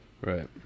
Right